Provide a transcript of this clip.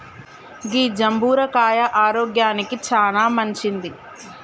గీ జంబుర కాయ ఆరోగ్యానికి చానా మంచింది